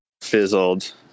fizzled